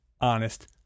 honest